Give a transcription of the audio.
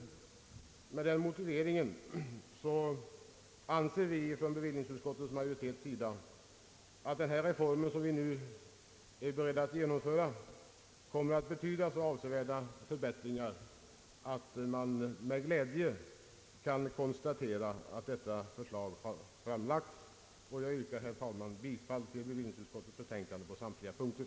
Med den motiveringen anser utskotts majoriteten att den reform som vi nu är beredda att genomföra kommer att betyda så avsevärda förbättringar att man med glädje kan konstatera att detta förslag har framlagts. Herr talman! Jag yrkar bifall till bevillningsutskottets betänkande på samtliga punkter.